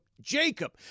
Jacob